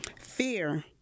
Fear